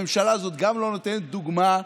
הממשלה הזאת גם לא נותנת דוגמה,